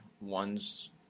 ones